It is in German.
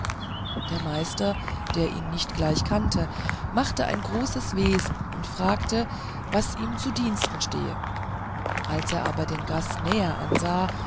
der meister der ihn nicht gleich kannte machte ein großes wesen und fragte was ihm zu dienst stehe als er aber den gast näher ansah